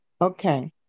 Okay